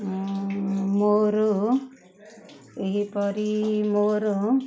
ମୋର ଏହିପରି ମୋର